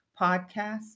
podcast